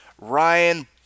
Ryan